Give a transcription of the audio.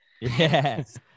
yes